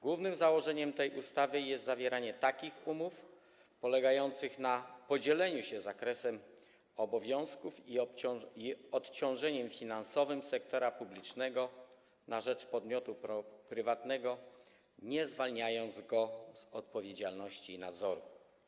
Głównym założeniem tej ustawy jest umożliwienie zawierania umów polegających na podzieleniu się zakresem obowiązków i odciążeniu finansowym sektora publicznego na rzecz podmiotu prywatnego, ale nie zwalnianiu go z odpowiedzialności i nadzoru.